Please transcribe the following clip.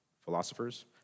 philosophers